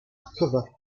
cover